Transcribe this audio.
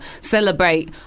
celebrate